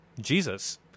Jesus